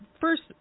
first